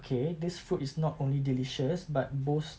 okay this fruit is not only delicious but boasts